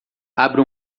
abre